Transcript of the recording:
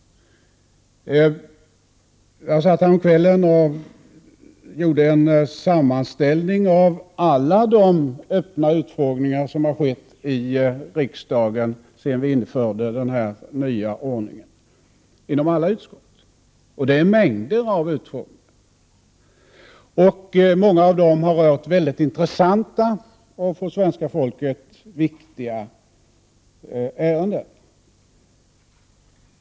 Jag satt häromkvällen och gjorde en sammanställning av alla öppna utfrågningar som har skett i riksdagen inom alla utskott sedan den nya ordningen infördes. Det är mängder av utfrågningar. Många av utfrågningarna har rört mycket intressanta och för svenska folket viktiga ärenden.